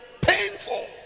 painful